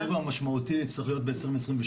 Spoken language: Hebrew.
התקציב המשמעותי צריך להיות ב-2023,